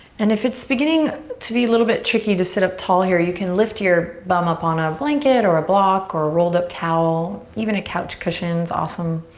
and if it's beginning to be a little bit tricky to sit up tall here, you can lift your bum up on ah a blanket or a block or a rolled up towel, even a couch cushion's awesome.